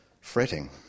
fretting